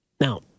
Now